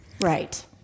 Right